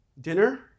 dinner